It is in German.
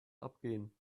abgehen